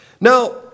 Now